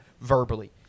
verbally